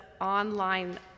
online